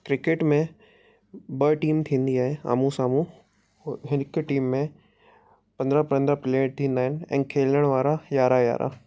cricket में ॿ team थींदी आहे आम्हूं साम्हूं हिकु टीम में पंद्रहं पंद्रहं प्लेयर थींदा आहिनि ऐं खेलण वारा यारहं यारहं